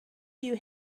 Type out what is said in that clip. you